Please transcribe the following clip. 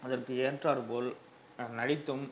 அதற்கு ஏற்றார் போல் நடித்தும்